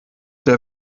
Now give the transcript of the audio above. der